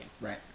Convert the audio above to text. Right